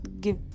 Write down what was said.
give